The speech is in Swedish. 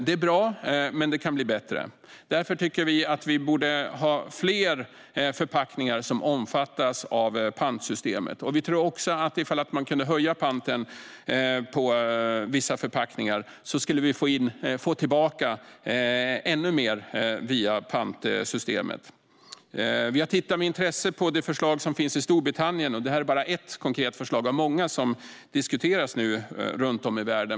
Det är bra, men det kan bli bättre. Därför borde fler förpackningar omfattas av pantsystemet. Vi tror också att en höjd pant på vissa förpackningar skulle ge tillbaka ännu mer via pantsystemet. Vi har med intresse tittat på det förslag som finns i Storbritannien. Det är bara ett konkret förslag av många förslag som diskuteras nu runt om i världen.